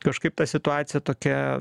kažkaip ta situacija tokia